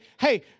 hey